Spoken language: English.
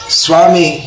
swami